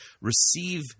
Receive